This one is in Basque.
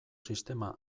sistema